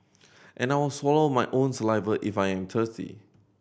and I will swallow my own saliva if I am thirsty